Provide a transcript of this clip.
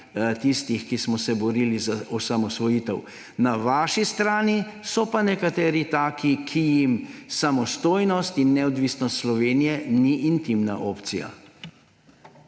tistih, ki smo se borili za osamosvojitev. Na vaši strani so pa nekateri taki, ki jim samostojnost in neodvisnost Slovenije nista intimna opcija.